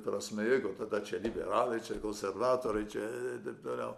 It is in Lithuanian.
prasme jeigu tada čia liberalai čia konservatoriai čia taip toliau